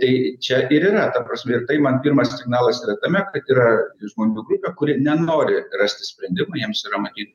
tai čia ir yra ta prasme ir tai man pirmas signalas yra tame kad yra žmonių grupė kuri nenori rasti sprendimų jiems yra matyt